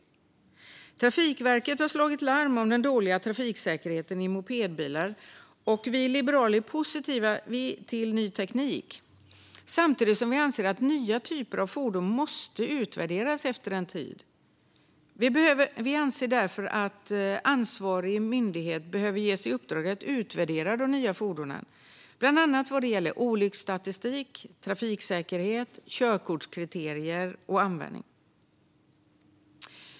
Trafikverket har slagit larm om den dåliga trafiksäkerheten i mopedbilarna. Vi liberaler är positiva till ny teknik, samtidigt som vi anser att nya typer av fordon måste utvärderas efter en tid. Vi anser därför att ansvarig myndighet bör ges i uppdrag att utvärdera de nya fordonen, bland annat vad gäller olycksstatistik, trafiksäkerhet, körkortskriterier och användning.